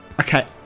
Okay